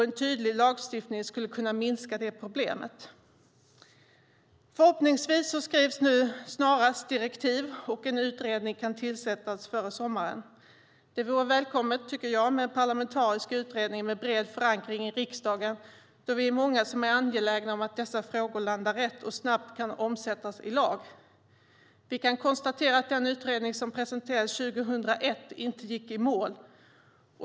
En tydlig lagstiftning skulle kunna minska det problemet. Förhoppningsvis skrivs nu snarast direktiv, och så kan en utredning tillsättas före sommaren. Det vore välkommet, tycker jag, med en parlamentarisk utredning med bred förankring i riksdagen, då vi är många som är angelägna om att dessa frågor landar rätt och snabbt kan omsättas i lag. Vi kan konstatera att den utredning som presenterades 2001 inte gick i mål.